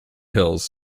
hills